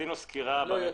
לא יוצאת.